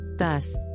Thus